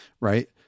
right